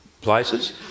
places